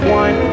one